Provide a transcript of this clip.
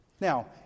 Now